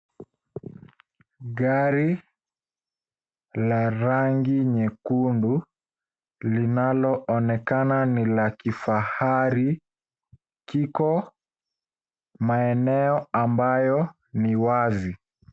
Gari la rangi nyekundu linaloonekana ni la kifahari kiko maeneo ambayo ni wazi.